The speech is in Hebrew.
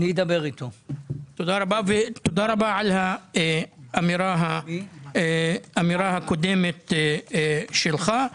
ותודה רבה על האמירה הקודמת שלך.